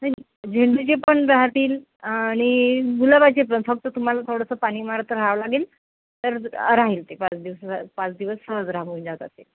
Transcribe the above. नाही झेंडूचे पण राहतील आणि गुलाबाचे पण फक्त तुम्हाला थोडंसं पाणी मारत राहावं लागेल तर राहील ते पाच दिवस पाच दिवस सहज राहून जातात ते